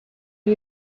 you